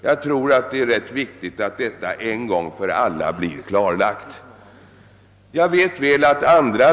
— Jag tror att det är rätt viktigt att detta en gång för alla blir «klarlagt.